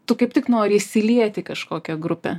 tu kaip tik nori įsiliet į kažkokią grupę